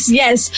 yes